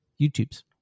YouTubes